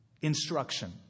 instruction